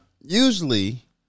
Usually